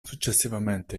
successivamente